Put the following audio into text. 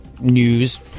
News